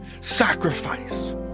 sacrifice